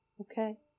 Okay